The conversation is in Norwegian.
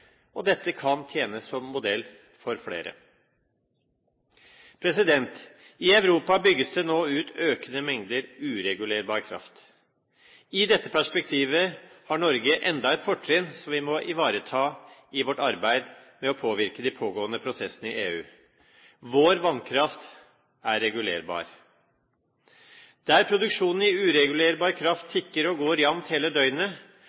og dette kan tjene som modell for flere. I Europa bygges det nå ut økende mengder uregulerbar kraft. I dette perspektivet har Norge enda et fortrinn som vi må ivareta i vårt arbeid med å påvirke de pågående prosessene i EU. Vår vannkraft er regulerbar. Der produksjonen av uregulerbar kraft tikker og går jevnt hele døgnet